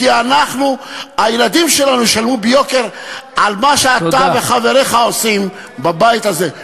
כי הילדים שלנו ישלמו ביוקר על מה שחבריך עושים בבית הזה.